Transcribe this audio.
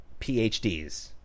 PhDs